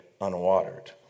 unwatered